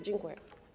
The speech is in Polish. Dziękuję.